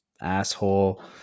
asshole